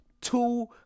two